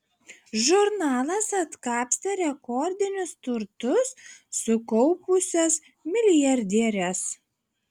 žurnalas atkapstė rekordinius turtus sukaupusias milijardieres